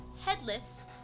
headless